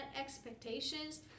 expectations